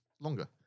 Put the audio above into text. longer